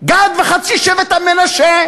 שבט גד וחצי שבט המנשה?